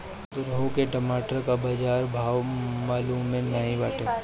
घुरहु के टमाटर कअ बजार भाव मलूमे नाइ बाटे